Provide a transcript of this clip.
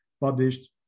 published